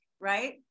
right